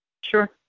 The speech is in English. Sure